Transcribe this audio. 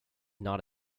not